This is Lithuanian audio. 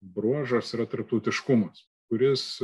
bruožas yra tarptautiškumas kuris